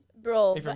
Bro